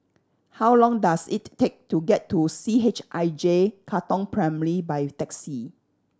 how long does it take to get to C H I J Katong Primary by taxi